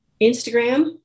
Instagram